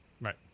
right